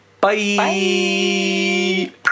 bye